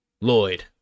Lloyd